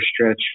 stretch